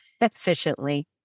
efficiently